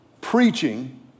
preaching